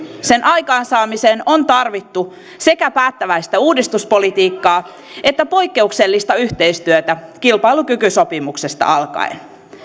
sen aikaansaamiseen on tarvittu sekä päättäväistä uudistuspolitiikkaa että poikkeuksellista yhteistyötä kilpailukykysopimuksesta alkaen